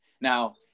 Now